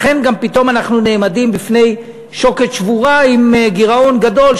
לכן גם פתאום אנחנו נעמדים לפני שוקת שבורה עם גירעון גדול,